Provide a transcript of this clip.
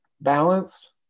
balanced